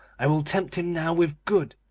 i will tempt him now with good,